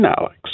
Alex